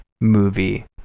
movie